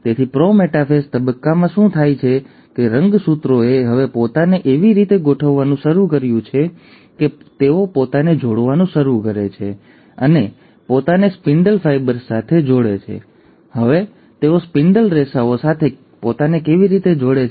તેથી prometaphase તબક્કામાં શું થાય છે કે રંગસૂત્રોએ હવે પોતાને એવી રીતે ગોઠવવાનું શરૂ કર્યું છે કે તેઓ પોતાને જોડવાનું શરૂ કરે છે અને પોતાને સ્પિન્ડલ ફાઇબર્સ સાથે જોડે છે અને હવે તેઓ સ્પિન્ડલ રેસાઓ સાથે પોતાને કેવી રીતે જોડે છે